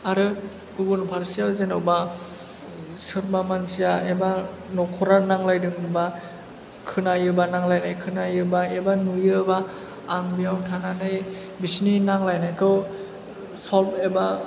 आरो गुबुन फारसेयाव जेन'बा सोरबा मानसिया एबा नखरा नांलायदोंबा खोनायोबा नांलायनाय खोनायोबा एबा नुयोबा आं बेयाव थानानै बिसोरनि नांलायनायखौ सल्भ एबा